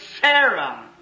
Sarah